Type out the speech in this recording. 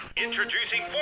Introducing